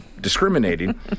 discriminating